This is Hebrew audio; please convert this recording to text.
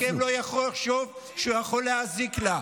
שאף אחד מכם לא יחשוב שהוא יכול להזיק לה.